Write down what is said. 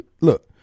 Look